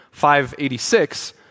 586